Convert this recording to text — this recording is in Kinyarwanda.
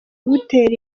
butera